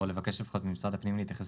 או לבקש לפחות ממשרד הפנים להתייחס